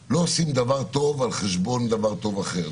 שלא עושים דבר טוב על חשבון דבר טוב אחר.